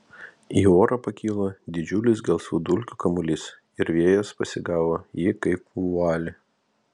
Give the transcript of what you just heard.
į orą pakilo didžiulis gelsvų dulkių kamuolys ir vėjas pasigavo jį kaip vualį